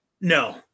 No